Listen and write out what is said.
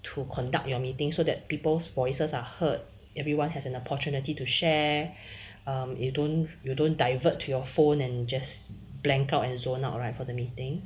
to conduct your meeting so that people's voices are heard everyone has an opportunity to share um you don't you don't divert to your phone and just blank out and zone out right for the meeting